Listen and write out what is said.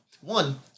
One